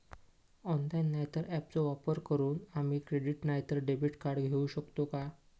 Online नाय तर ऍपचो वापर करून आम्ही क्रेडिट नाय तर डेबिट कार्ड घेऊ शकतो का?